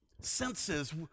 senses